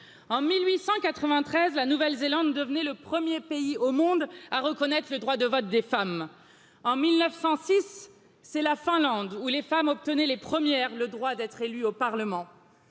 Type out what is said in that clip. treize la nouvelle zélande devenait le premier pays au monde à reconnaître le droit de vote des femmes en mille neuf cent six c'est la finlande où les femmes obtenaient les premières le droit d'être élus au parlement